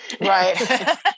Right